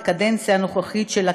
בקדנציה הנוכחית של הכנסת,